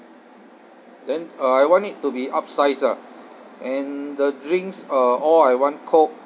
then uh I want it to be upsized ah and the drinks uh all I want coke